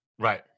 right